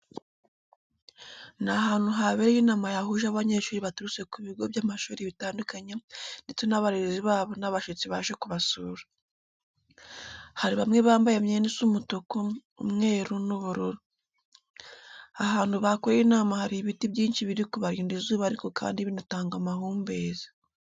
Ni ahantu habereye inama yahuje abanyeshuri baturutse ku bigo by'amashuri bitandukanye ndetse n'abarezi babo n'abashyitsi baje kubasura. Hari bamwe bambaye imyenda isa umutuku, umweru n'ubururu. Ahantu bakoreye inama hari ibiti byinshi biri kubarinda izuba ariko kandi binatanga amahumbezi.